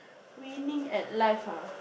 winning at life ah